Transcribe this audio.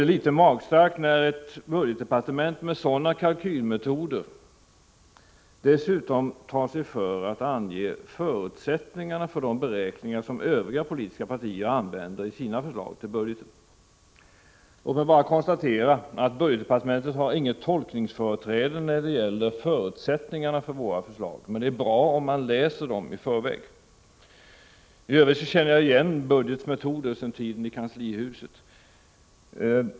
Det är litet magstarkt när ett budgetdepartement som tillämpar sådana kalkylmetoder dessutom tar sig för att ange förutsättningarna för de beräkningar som övriga politiska partier använder i sina förslag till budgeten. Låt mig bara konstatera följande: Budgetdepartementet har inget tolkningsföreträde när det gäller förutsättningarna för våra förslag, men det är bra om departementet läser dem i förväg. I övrigt känner jag igen budgetdepartementets metoder sedan tiden i kanslihuset.